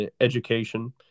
education